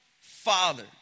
Father